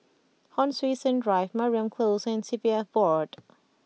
Hon Sui Sen Drive Mariam Close and C P F Board